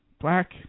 Black